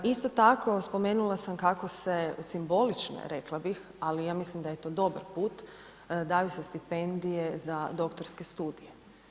Isto tako spomenula sam kako bih simbolične, rekla bih, ali ja mislim da je to dobar put, daju se stipendije za doktorske studije.